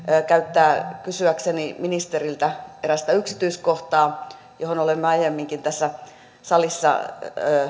käyttää kysyäkseni ministeriltä erästä yksityiskohtaa johon olemme aiemminkin tässä salissa